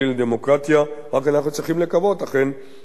אנחנו צריכים לקוות, אכן, לשיתוף הפעולה,